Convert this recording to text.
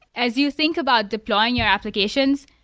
as you think about deploying your applications,